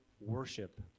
worship